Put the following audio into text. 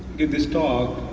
give this talk,